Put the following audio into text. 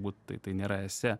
būt tai nėra esė